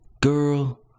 Girl